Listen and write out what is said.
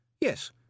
Yes